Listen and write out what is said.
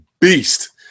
beast